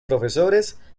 profesores